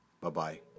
Bye-bye